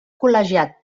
col·legiat